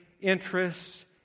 interests